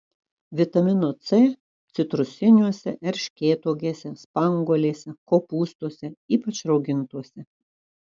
vitamino c citrusiniuose erškėtuogėse spanguolėse kopūstuose ypač raugintuose